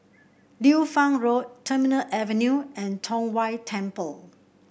Liu Fang Road Terminal Avenue and Tong Whye Temple